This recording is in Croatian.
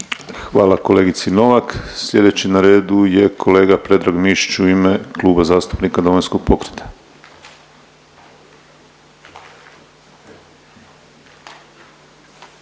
Hvala kolegici Salopek. Sljedeća na redu je kolegica Ivana Mujkić u ime Kluba zastupnika Domovinskog pokreta.